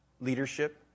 leadership